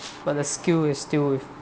but the skill is still with